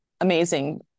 amazing